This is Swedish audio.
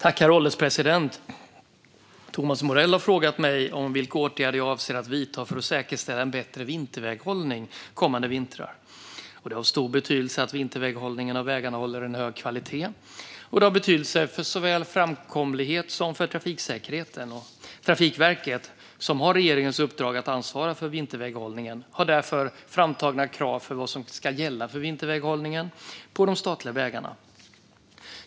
Herr ålderspresident! Thomas Morell har frågat mig vilka åtgärder jag avser att vidta för att säkerställa en bättre vinterväghållning kommande vintrar. Det är av stor betydelse att vinterväghållningen av vägarna håller en hög kvalitet. Det har betydelse för såväl framkomlighet som trafiksäkerhet. Trafikverket, som har regeringens uppdrag att ansvara för vinterväghållningen, har därför framtagna krav för vad som ska gälla för vinterväghållningen på de statliga vägarna.